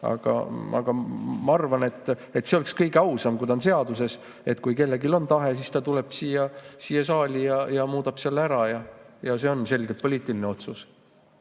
Aga ma arvan, et oleks kõige ausam, kui oleks seaduses, et kui kellelgi on tahe, siis ta tuleb siia saali, muudab selle ära ja see on selgelt poliitiline otsus.